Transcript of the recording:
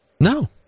no